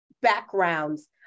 backgrounds